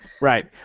Right